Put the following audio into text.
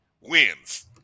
wins